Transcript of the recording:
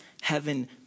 heaven